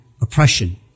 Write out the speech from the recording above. oppression